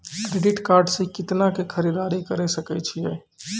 Credit card से कितना के खरीददारी करे सकय छियै?